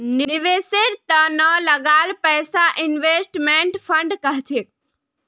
निवेशेर त न लगाल पैसाक इन्वेस्टमेंट फण्ड कह छेक